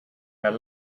their